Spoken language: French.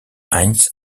heinz